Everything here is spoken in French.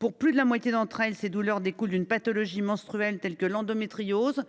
Pour plus de la moitié d’entre elles, ces douleurs découlent d’une pathologie menstruelle telle que l’endométriose,